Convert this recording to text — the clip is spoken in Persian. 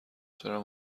چرا